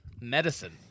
medicine